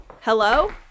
Hello